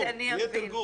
כדי שאני אבין.